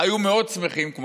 היו מאוד שמחים לא להשתמש בו,